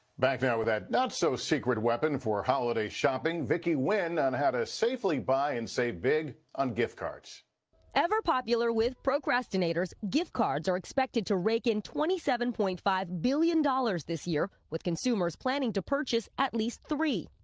back now with that not so secret weapon for holiday shopping. vicky nguyen on how to safely buy and save big on gift cards. reporter ever popular with procrastinators, gift cards are expected to rake in twenty seven point five billion dollars this year with consumers planning to purchase at least three.